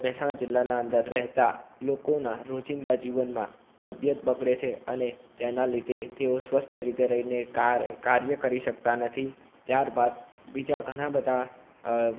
મહેસાણા જિલ્લાના અંદર રહેતા લોકોના રોજિંદા જીવનમાં તબિયત બગડે છે અને તેના લીધે તેઓ સ્વસ્થ રહીને કાર કાર્ય કરી શકતા નથી ત્યારબાદ બીજા ઘણા બધા